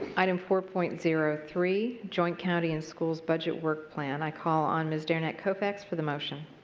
item four point zero three, joint county and school budget work plan. i call on ms. derenak kaufax for the motion.